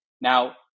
Now